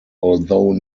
although